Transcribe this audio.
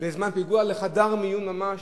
בזמן פיגוע לחדר מיון ממש,